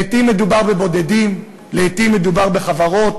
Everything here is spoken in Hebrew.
לעתים מדובר ביחידים, לעתים מדובר בחברות,